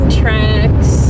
tracks